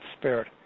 spirit